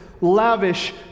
lavish